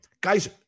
Guys